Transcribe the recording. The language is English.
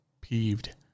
peeved